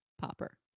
popper